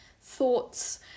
thoughts